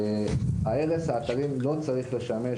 הרס האתרים לא צריך לשמש,